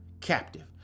captive